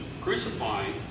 crucifying